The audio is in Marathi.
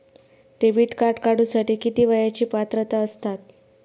डेबिट कार्ड काढूसाठी किती वयाची पात्रता असतात?